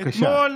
בבקשה.